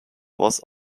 was